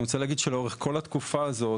אני רוצה להגיד שלאורך כל התקופה הזו,